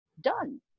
done